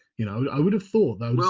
you know, i would have thought though